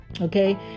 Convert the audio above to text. Okay